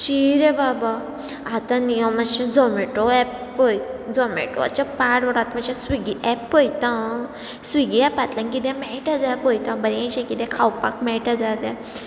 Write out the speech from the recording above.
शी रे बाबा आतां न्ही हांव मातशें झोमेटो एप पळय झोमेटोचें पाड पडो आतां मातशें स्विगी एप पळयता आ स्विगी एपांतल्यान किदें मेळटा जाल्या पळयता बरेंशें किदें खावपाक मेळटा जाल्यार